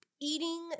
eating